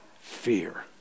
fear